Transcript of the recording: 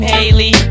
Haley